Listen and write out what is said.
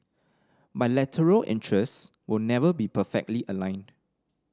bilateral interests will never be perfectly aligned